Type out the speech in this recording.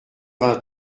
vingt